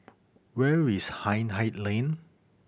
where is Hindhede Lane